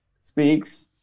speaks